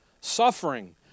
Suffering